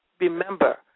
Remember